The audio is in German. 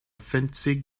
fünfzig